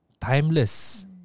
timeless